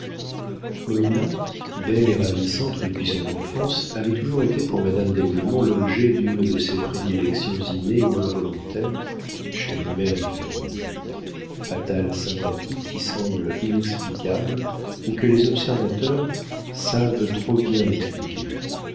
moïna belle et ravissante depuis son enfance avait toujours été pour madame d'aiglemont l'objet d'une de ces prédilections innées ou involontaires chez les mères de famille fatales sympathies qui semblent inexplicables ou que les observateurs savent trop bien expliquer